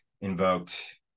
invoked